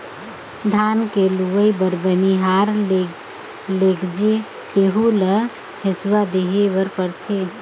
धान के लूवई बर बनिहार लेगजे तेहु ल हेसुवा देहे बर परथे